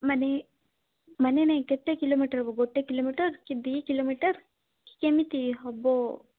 ମାନେ ମାନେ ନାଇଁ କେତେ କିଲୋମିଟର୍ ହେବ ଗୋଟେ କିଲୋମିଟର୍ କି ଦୁଇ କିଲୋମିଟର୍ କେମିତି ହେବ